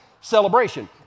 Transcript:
celebration